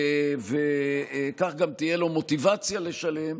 וכך גם תהיה לו מוטיבציה לשלם,